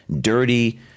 dirty